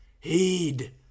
Heed